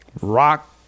rock